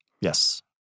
Yes